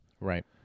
Right